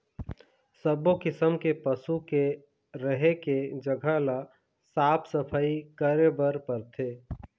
सब्बो किसम के पशु के रहें के जघा ल साफ सफई करे बर परथे